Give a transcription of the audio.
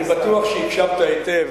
אני בטוח שהקשבת היטב,